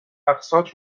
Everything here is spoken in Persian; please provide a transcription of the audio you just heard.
اقساط